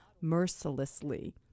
mercilessly